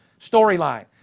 storyline